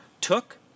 took